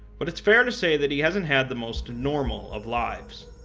but it's fair to say that he hasn't had the most normal of lives.